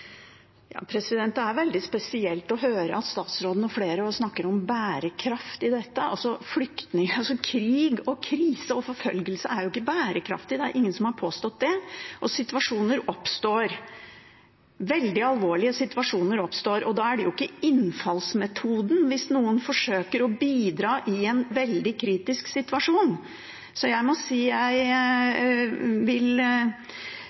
Det er veldig spesielt å høre at statsråden og flere andre nå snakker om bærekraft i dette. Altså: Flyktninger, krig, krise og forfølgelse er ikke bærekraftig. Det er ingen som har påstått det, og situasjoner oppstår – veldig alvorlige situasjoner oppstår. Da er det ikke noen innfallsmetode hvis noen forsøker å bidra i en veldig kritisk situasjon. Jeg mener man må